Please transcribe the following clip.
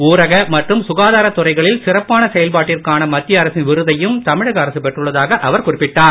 ஊரக மற்றும் சுகாதாரத்துறைகளில் சிறப்பான செயல்பாட்டிற்கான மத்திய அரசின் விருதையும் தமிழக அரசு பெற்றுள்ளதாக அவர் குறிப்பிட்டார்